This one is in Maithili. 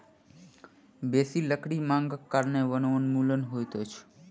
बेसी लकड़ी मांगक कारणें वनोन्मूलन होइत अछि